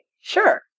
Sure